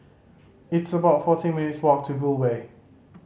it's about fourteen minutes' walk to Gul Way